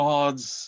God's